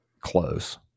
close